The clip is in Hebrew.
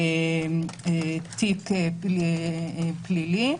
תיק פלילי.